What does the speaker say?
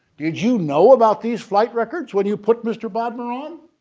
did you know about these flight records when you put mr. bottner on?